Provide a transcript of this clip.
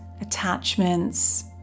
attachments